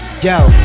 Yo